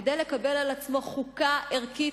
כדי לקבל על עצמו חוקה ערכית,